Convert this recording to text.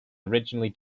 originally